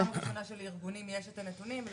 לארגונים יש את הנתונים.